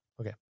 Okay